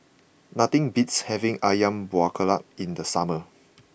nothing beats having Ayam Buah Keluak in the summer